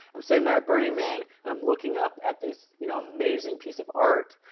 i'm sitting there are burning man, and i'm looking up at this you know amazing piece of art.